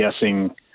guessing